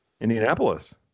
Indianapolis